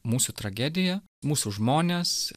mūsų tragedija mūsų žmonės